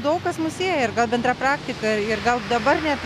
daug kas mus sieja ir gal bendra praktika ir gal dabar net